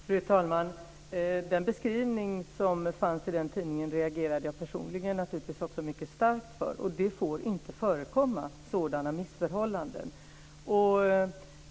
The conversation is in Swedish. Fru talman! Jag reagerade personligen naturligtvis mycket starkt på beskrivningen i den tidningen. Och det får inte förekomma sådana missförhållanden.